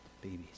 babies